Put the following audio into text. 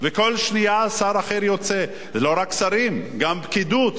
וכל שנייה שר אחר יוצא, ולא רק שרים, גם פקידות.